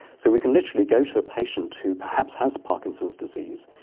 so we can literally go to a patient who perhaps has parkinson's disease,